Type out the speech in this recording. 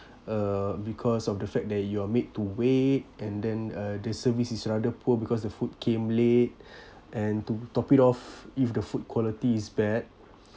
uh because of the fact that you are made to wait and then uh the service is rather poor because the food came late and to top it off if the food quality is bad